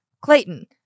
Clayton